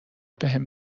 بهم